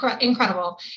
incredible